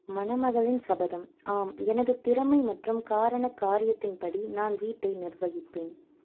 மணமகளின் சபதம் ஆம் எனது திறமை மற்றும் காரண காரியத்தின்படி நான் வீட்டை நிர்வகிப்பேன்